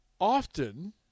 often